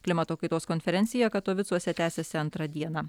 klimato kaitos konferencija katovicuose tęsiasi antrą dieną